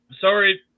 sorry